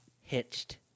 Hitched